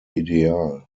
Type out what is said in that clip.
ideal